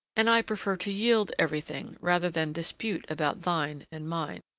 and i prefer to yield everything rather than dispute about thine and mine.